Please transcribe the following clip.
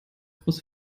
große